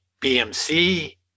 BMC